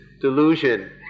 delusion